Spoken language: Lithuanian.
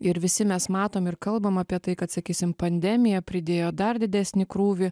ir visi mes matom ir kalbam apie tai kad sakysim pandemija pridėjo dar didesnį krūvį